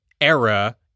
era